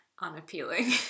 unappealing